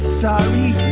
sorry